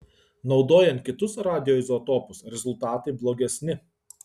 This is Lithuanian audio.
naudojant kitus radioizotopus rezultatai blogesni